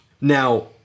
Now